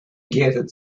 gathered